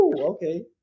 okay